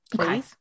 okay